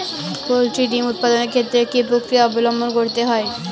Poultry ডিম উৎপাদনের ক্ষেত্রে কি পক্রিয়া অবলম্বন করতে হয়?